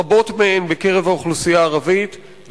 רבות מהן בקרב האוכלוסייה הערבית,